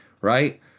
right